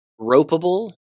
ropeable